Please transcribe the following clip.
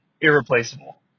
irreplaceable